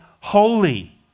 holy